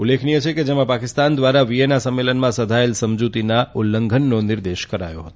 ઉલ્લેખનીય છે કે જેમાં પાકિસ્તાન દ્વારા વિચેના સંમેલનમાં સધાયેલ સમજૂતીના ઉલ્લંઘનનો નિર્દેષ કરાયો હતો